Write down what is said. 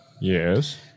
yes